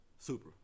Super